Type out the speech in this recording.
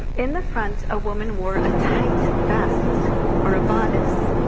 in the front, a woman wore a tight vest or a bodice,